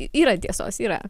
yra tiesos yra